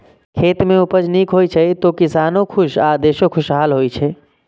खेत मे उपज नीक होइ छै, तो किसानो खुश आ देशो खुशहाल होइ छै